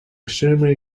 extremely